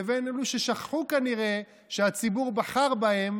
לבין אלה ששכחו כנראה שהציבור בחר בהם